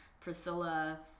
Priscilla